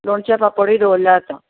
लोणचे पापडूय दवरल्यार जाता